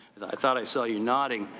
i thought i saw you nodding.